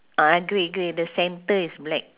ah grey grey the centre is black